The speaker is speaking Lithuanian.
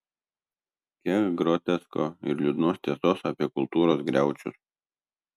kiek grotesko ir liūdnos tiesos apie kultūros griaučius